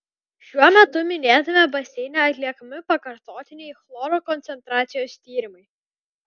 šiuo metu minėtame baseine atliekami pakartotiniai chloro koncentracijos tyrimai